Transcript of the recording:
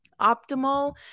optimal